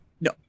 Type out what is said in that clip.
no